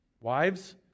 Wives